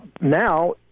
Now